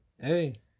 Hey